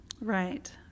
Right